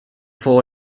fall